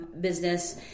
business